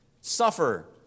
suffer